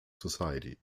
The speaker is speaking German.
society